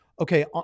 Okay